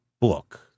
book